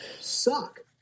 suck